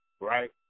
right